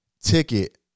ticket